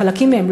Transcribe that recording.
חלקים מהם,